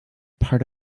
part